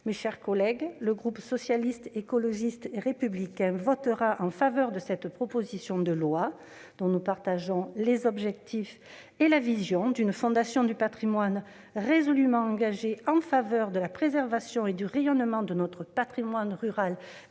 Mes chers collègues, le groupe Socialiste, Écologiste et Républicain votera en faveur de cette proposition de loi, car nous partageons ses objectifs et la vision d'une Fondation du patrimoine résolument engagée en faveur de la préservation et du rayonnement de notre patrimoine rural et